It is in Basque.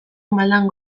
maldan